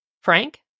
Frank